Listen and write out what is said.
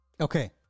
Okay